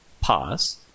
pause